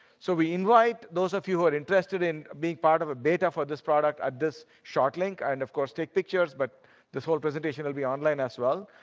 so we invite those of you who are interested in being part of a beta for this product at this short link. and of course, take pictures, but this whole presentation will be online as well.